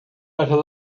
better